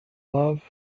love